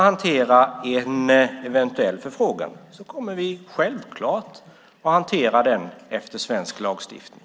En eventuell förfrågan kommer vi självklart att hantera enligt svensk lagstiftning.